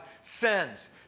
sends